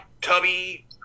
tubby